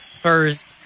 first